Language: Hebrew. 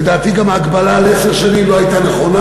לדעתי גם ההגבלה על עשר שנים לא הייתה נכונה.